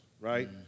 right